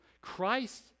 christ